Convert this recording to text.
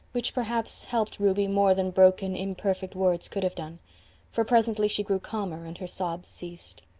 which perhaps helped ruby more than broken, imperfect words could have done for presently she grew calmer and her sobs ceased.